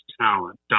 talent